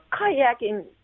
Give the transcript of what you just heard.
kayaking